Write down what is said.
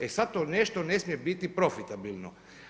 E sada to nešto ne smije biti profitabilno.